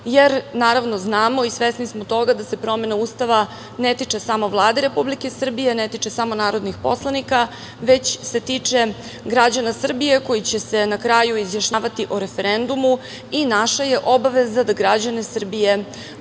jer naravno znamo i svesni smo toga da se promena Ustava ne tiče samo Vlade Republike Srbije, ne tiče samo narodnih poslanika, već se tiče građana Srbije koji će se na kraju izjašnjavati o referendumu i naša je obaveza da građane Srbije